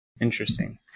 Interesting